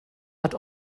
hat